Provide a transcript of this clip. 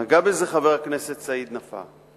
נגע בזה חבר הכנסת סעיד נפאע,